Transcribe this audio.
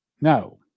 no